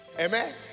amen